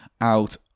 out